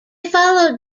followed